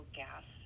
gas